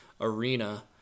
arena